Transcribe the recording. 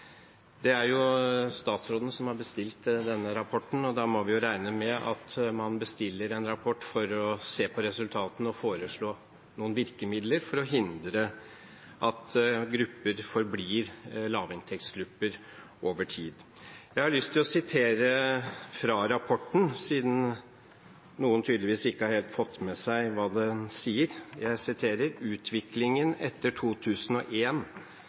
Det er statsråden som har bestilt denne rapporten, og vi må regne med at man bestiller en rapport for å se på resultatene og foreslå noen virkemidler for å hindre at grupper forblir lavinntektsgrupper over tid. Jeg har lyst til å sitere fra rapporten, siden noen tydeligvis ikke helt har fått med seg hva den sier: